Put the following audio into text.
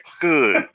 Good